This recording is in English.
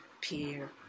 peer